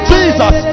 Jesus